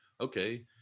okay